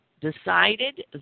decided